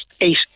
eight